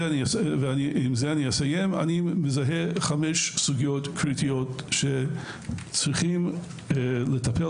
אני מזהה חמש סוגיות קריטיות שצריך לטפל